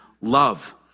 love